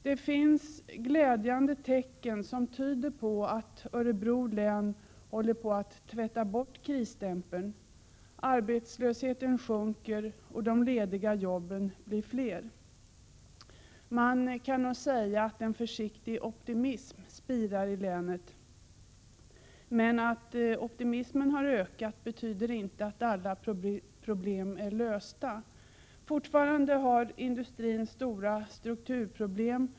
Det finns glädjande tecken på att Örebro län håller på att tvätta bort krisstämpeln. Arbetslösheten sjunker, och de lediga jobben blir fler. Man kan nog säga att en försiktig optimism spirar i länet, men att optimismen har ökat betyder inte att alla problem är lösta. Fortfarande har industrin stora strukturproblem.